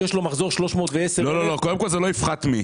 קודם כול זה "לא יפחת מ...",